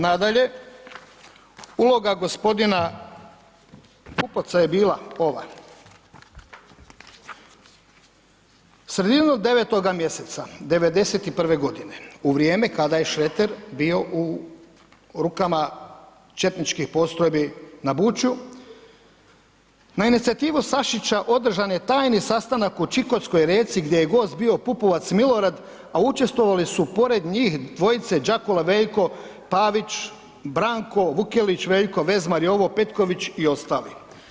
Nadalje, uloga gospodina Pupovca je bila ova, sredinom devetoga mjeseca '91. godine u vrijeme kada je Šreter bio u rukama četničkih postrojbi na Buču, na inicijativu Sašića održan je tajni sastanak u Čikotskoj Reci gdje je gost bio Pupovac Milorad, a učestvovali su pored njih dvojice, Đakula Veljko, Pavić Branko, Vukelić Veljko, Vezmar Jovo, Petković i ostali.